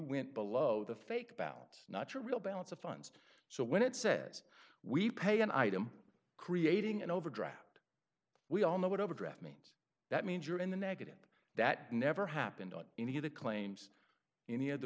went below the fake bound not your real balance of funds so when it says we pay an item creating an overdraft we all know what overdraft me that means you're in the negative that never happened on any of the claims any of the